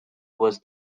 was